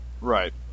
Right